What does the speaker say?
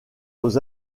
aux